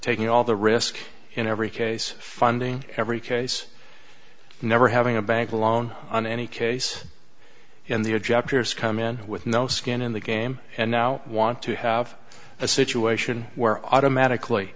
taking all the risk in every case funding every case never having a bank loan on any case and the objectors come in with no skin in the game and now want to have a situation where automatically